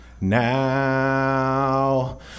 Now